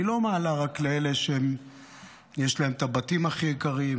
היא לא מעלה רק לאלה שיש להם את הבתים הכי יקרים,